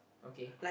okay